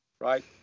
right